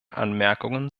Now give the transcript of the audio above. anmerkungen